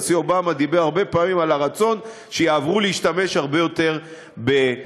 הנשיא אובמה דיבר הרבה פעמים על הרצון שיעברו להשתמש הרבה יותר בטייזר.